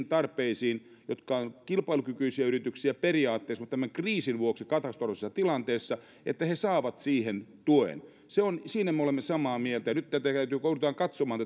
tarpeisiin jotka ovat kilpailukykyisiä yrityksiä periaatteessa mutta tämän kriisin vuoksi katastrofaalisessa tilanteessa niin että he saavat siihen tuen siitä me olemme samaa mieltä ja nyt tätä järjestelmää joudutaan luonnollisesti katsomaan